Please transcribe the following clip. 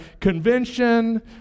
convention